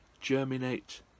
germinate